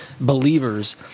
believers